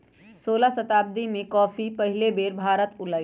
सोलह शताब्दी में कॉफी पहिल बेर भारत आलय